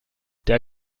der